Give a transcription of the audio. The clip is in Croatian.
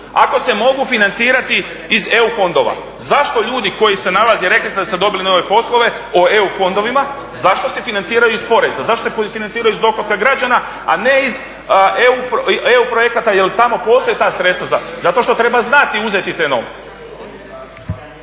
Ako se mogu financirati iz EU fondova. Zašto ljudi koji se nalaze, rekli ste da ste dobili nove poslove u EU fondovima, zašto se financiraju iz poreza? Zašto ih financiraju iz dohotka građana, a ne iz EU projekata jer tamo postoje ta sredstva, zato što treba znati uzeti te novce.